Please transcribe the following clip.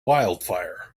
wildfire